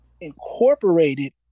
incorporated